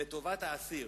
לטובת האסיר.